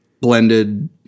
blended